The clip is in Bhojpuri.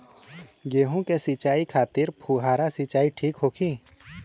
गेहूँ के सिंचाई खातिर फुहारा सिंचाई ठीक होखि?